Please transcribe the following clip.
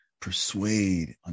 persuade